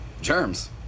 Germs